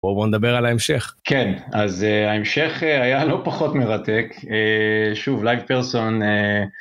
בוא בוא נדבר על ההמשך. כן, אז ההמשך היה לא פחות מרתק. שוב, לייב פרסון...